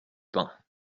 pain